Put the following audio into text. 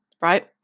right